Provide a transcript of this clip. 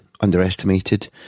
Underestimated